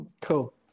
Cool